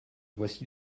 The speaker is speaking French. voici